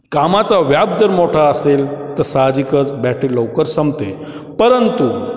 कामाचा व्याप जर मोठा असेल तर साहजिकच बॅटी लवकर संपते परंतु